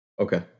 Okay